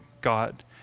God